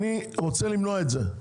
אני רוצה למנוע את זה,